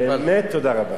באמת תודה רבה.